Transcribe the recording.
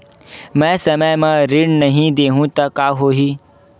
मैं समय म ऋण नहीं देहु त का होही